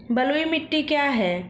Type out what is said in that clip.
बलुई मिट्टी क्या है?